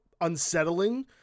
unsettling